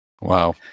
Wow